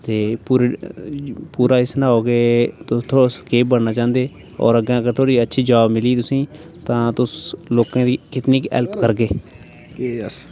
ते पूरा एह् सनाओ की तुस केह् बनना चाहंदे होर अग्गें अगर थुआढ़ी अच्छी जॉब मिली तुसें ई तां तुस लोकें दी कितनी गै हेल्प करगे